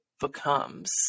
becomes